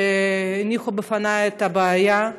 שהניחו בפני את הבעיה,